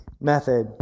method